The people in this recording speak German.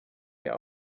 wer